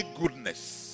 goodness